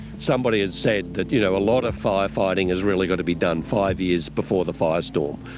somebody has said that you know a lot of firefighting has really got to be done five years before the firestorm.